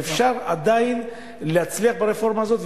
ואפשר עדיין להצליח ברפורמה הזאת,